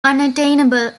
unattainable